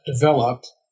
developed